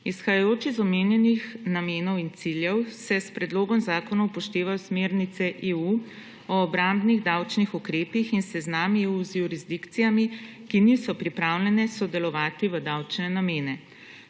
Izhajajoč iz omenjenih namenov in ciljev se s predlogom zakona upoštevajo smernice EU o obrambnih davčnih ukrepih in seznam EU z jurisdikcijami, ki niso pripravljene sodelovati v davčne namene.